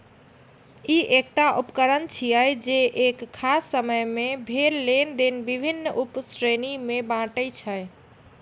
ई एकटा उकरण छियै, जे एक खास समय मे भेल लेनेदेन विभिन्न उप श्रेणी मे बांटै छै